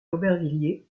aubervilliers